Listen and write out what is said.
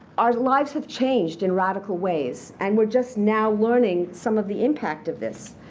our lives have changed in radical ways. and we're just now learning some of the impact of this.